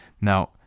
Now